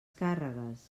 càrregues